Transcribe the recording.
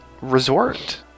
resort